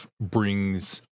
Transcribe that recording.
brings